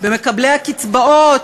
במקבלי הקצבאות,